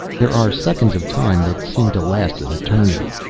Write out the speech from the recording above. there are seconds of time that seem to last an eternity.